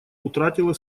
утратила